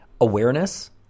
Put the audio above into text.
Awareness